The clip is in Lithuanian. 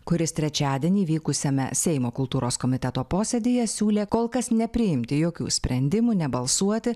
kuris trečiadienį vykusiame seimo kultūros komiteto posėdyje siūlė kol kas nepriimti jokių sprendimų nebalsuoti